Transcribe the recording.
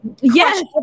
Yes